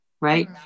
right